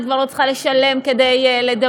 את כבר לא צריכה לשלם כדי לדבר,